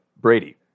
Brady